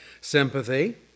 sympathy